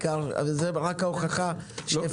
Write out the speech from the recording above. זו רק ההוכחה שאפשר.